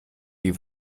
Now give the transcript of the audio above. die